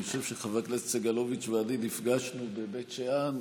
אני חושב שחבר הכנסת סגלוביץ' ואני נפגשנו בבית שאן,